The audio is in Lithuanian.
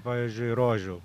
pavyzdžiui rožių